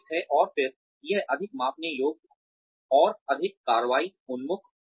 और फिर यह अधिक मापने योग्य और अधिक कार्रवाई उन्मुख होगा